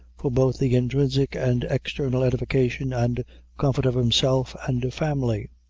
for both the intrinsic and external edification and comfort of himself and family.